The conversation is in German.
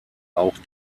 auch